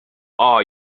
are